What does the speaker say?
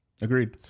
Agreed